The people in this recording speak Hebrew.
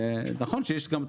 נכון שיש גם תחושות,